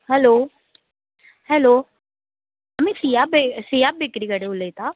hello hello आमी सिया बे Siya bakery कडेन उलयता